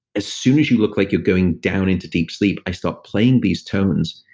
as soon as you look like you're going down into deep sleep, i start playing these tones,